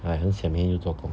!hais! 很 sian 明天有做工